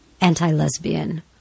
anti-lesbian